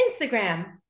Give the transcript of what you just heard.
Instagram